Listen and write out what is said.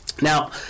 Now